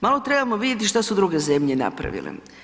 Malo trebamo vidjeti šta su druge zemlje napravile.